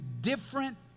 different